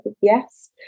Yes